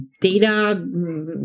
data